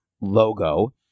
logo